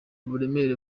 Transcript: uburemere